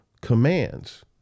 commands